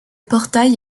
portail